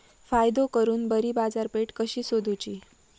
फायदो करून बरी बाजारपेठ कशी सोदुची?